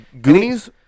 Goonies